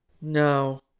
No